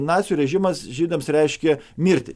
nacių režimas žydams reiškė mirtį